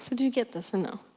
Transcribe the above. so do you get this or no?